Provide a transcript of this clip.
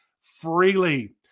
freely